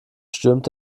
stürmt